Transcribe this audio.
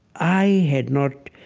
i had not